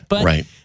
Right